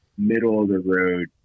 middle-of-the-road